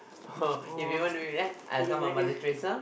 or kindergarten